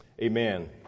Amen